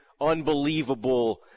unbelievable